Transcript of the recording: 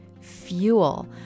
fuel